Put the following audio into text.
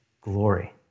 glory